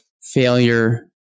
failure